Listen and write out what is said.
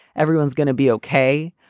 everyone's gonna be okay.